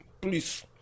Please